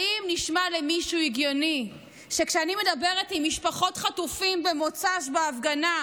האם נשמע למישהו הגיוני שכשאני מדברת עם משפחות חטופים במוצ"ש בהפגנה,